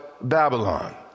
Babylon